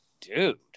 dude